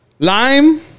Lime